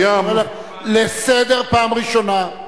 אני קורא אותך לסדר פעם ראשונה.